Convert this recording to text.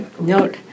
Note